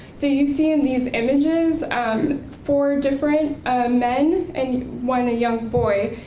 so you've seen these images um four different men and one a young boy,